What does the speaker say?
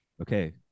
Okay